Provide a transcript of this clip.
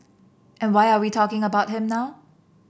and why are we talking about him now